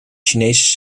chinese